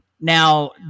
Now